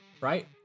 right